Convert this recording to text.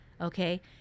okay